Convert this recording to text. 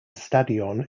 stadion